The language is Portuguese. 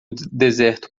deserto